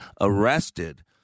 arrested